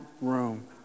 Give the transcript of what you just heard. room